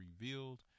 revealed